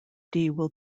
will